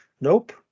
Nope